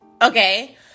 Okay